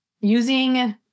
using